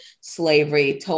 slavery